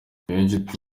niyonshuti